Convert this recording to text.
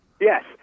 Yes